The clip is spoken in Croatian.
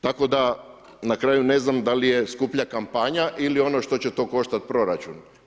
Tako da na kraju ne znam da li je skuplja kampanja ili ono što će to koštati proračun.